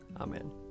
Amen